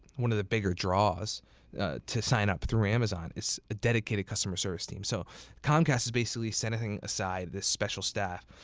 one of the bigger draws to sign up through amazon, is a dedicated customer service team. so comcast is basically setting aside this special staff.